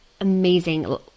amazing